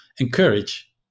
encourage